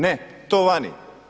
Ne, to vani.